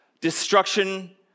destruction